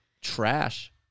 trash